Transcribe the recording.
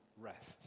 rest